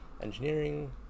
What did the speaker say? engineering